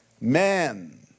men